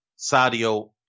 Sadio